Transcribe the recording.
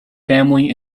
family